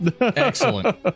Excellent